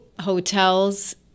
hotels